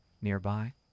Nearby